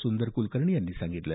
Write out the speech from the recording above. सुंदर कुलकर्णी यांनी सांगितलं